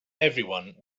everyone